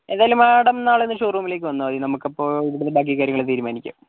ഏതായാലും മാഡം നാളെയൊന്നു ഷോറൂമിലേക്ക് വന്നാൽ മതി നമുക്കപ്പോൾ ഇവിടുന്നു ബാക്കികാര്യങ്ങൾ തീരുമാനിക്കാം